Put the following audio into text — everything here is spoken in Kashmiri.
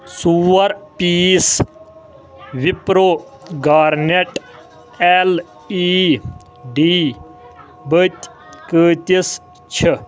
ژور piece Wipro garnet L E D بٔتۍ قۭتِس چھےٚ